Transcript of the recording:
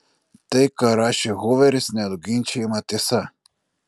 tai ką rašė huveris nenuginčijama tiesa